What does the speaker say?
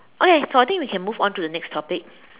okay so I think we can move on to the next topic